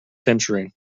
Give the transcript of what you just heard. century